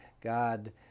God